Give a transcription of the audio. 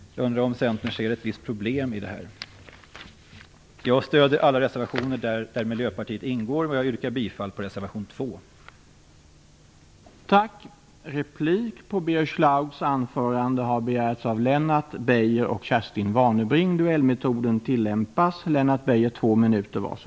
Jag undrar om Centern ser ett visst problem i detta. Jag stöder alla reservationer som Miljöpartiet har skrivit under, och jag yrkar bifall till reservation 2.